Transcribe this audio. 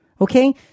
Okay